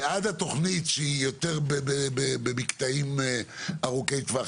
ועד התוכנית היא יותר במקטעים ארוכי טווח,